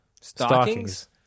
stockings